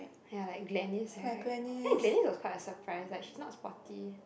ya like Glenis [right] ya Glenis was quite a surprise like she's not sporty